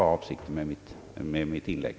Att påvisa detta var avsikten med mitt inlägg.